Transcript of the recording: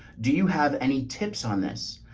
do you have any tips on this?